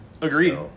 agreed